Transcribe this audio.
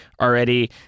already